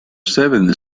seventh